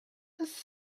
does